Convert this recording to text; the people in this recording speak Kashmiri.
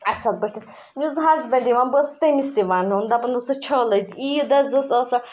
اَصٕل پٲٹھۍ مےٚ حظ اوس ہَزبَنٛد یِوان بہٕ ٲسٕس تٔمِس تہِ وَنان دَپان ٲسَس چھَل أتۍ عیٖد حط ٲس آسان